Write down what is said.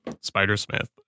Spider-Smith